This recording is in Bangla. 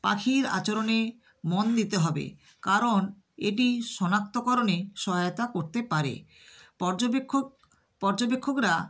পাখির আচরণে মন দিতে হবে কারণ এটি শনাক্তকরণে সহায়তা করতে পারে পর্যবেক্ষক পর্যবেক্ষকরা